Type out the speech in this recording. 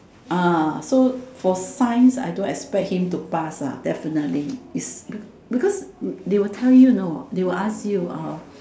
so for science I don't expect him to pass definitely is because they will tell you you know they will ask you